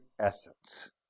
essence